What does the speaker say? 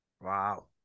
Wow